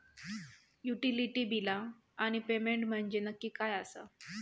Utility बिला आणि payment म्हंजे नक्की काय आसा?